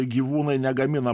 gyvūnai negamina